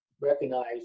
recognize